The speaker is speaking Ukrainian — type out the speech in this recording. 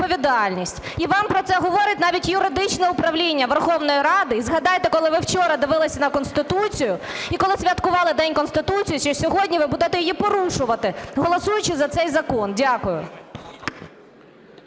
І вам про це говорить навіть юридичне управління Верховної Ради. І згадайте, коли ви вчора дивились на Конституцію, і коли святкували День Конституції, сьогодні ви будете її порушувати, голосуючи за цей закон. Дякую.